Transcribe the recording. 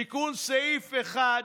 תיקון סעיף 1,